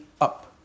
up